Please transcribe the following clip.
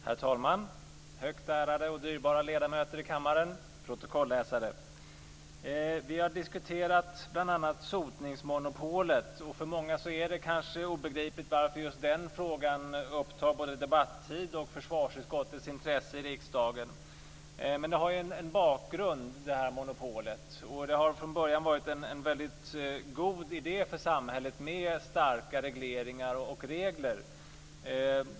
Herr talman, högt ärade och dyrbara ledamöter i kammaren och protokollsläsare! Vi har diskuterat bl.a. sotningsmonopolet. För många är det kanske obegripligt att just den frågan upptar debattid och försvarsutskottets intresse i riksdagen. Men monopolet har en bakgrund. Det har förmodligen varit en väldigt god idé för samhället med starka regleringar och regler.